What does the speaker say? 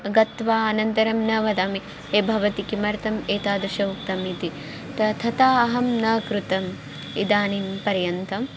गत्वा अनन्तरं न वदामि ए भवति किमर्थम् एतादृशम् उक्तम् इति त तथा अहं न कृतं इदानीं पर्यन्तं